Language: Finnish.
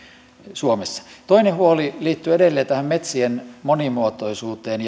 suomessa toinen huoli liittyy edelleen tähän metsien monimuotoisuuteen